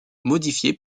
modifiés